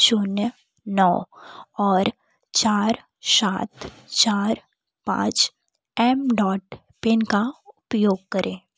शून्य नौ और चार सात चार पाँच एम डाट पिन का उपयोग करें